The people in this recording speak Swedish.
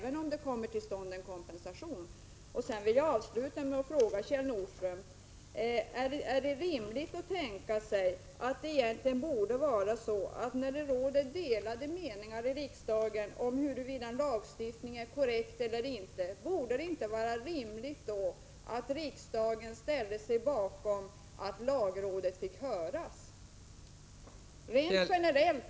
Jag vill avsluta med att fråga Kjell Nordström: Är det rimligt att när det är delade meningar i riksdagen om huruvida en lagstiftning är i överensstäm = Prot. 1986/87:50 melse med grundlagen eller inte, riksdagen ställer sig bakom att lagrådet får 16 december 1986 öras? Ja höras? Jag menar frågan rent generellt.